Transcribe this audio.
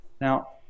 now